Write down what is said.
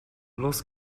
los